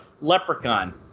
leprechaun